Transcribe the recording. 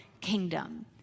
kingdom